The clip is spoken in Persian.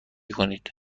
کنید